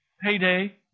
payday